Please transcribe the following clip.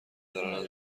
انقد